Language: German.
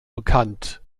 bekannt